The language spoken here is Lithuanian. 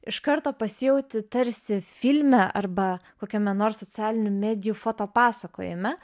iš karto pasijauti tarsi filme arba kokiame nors socialinių medijų fotopasakojime